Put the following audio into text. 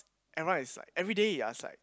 everyone is like everyday you ask like